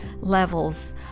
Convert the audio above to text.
levels